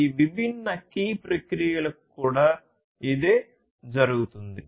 ఈ విభిన్న కీ ప్రక్రియలకు కూడా ఇదే జరుగుతుంది